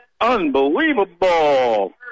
Unbelievable